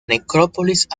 necrópolis